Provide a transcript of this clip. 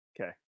Okay